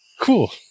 Cool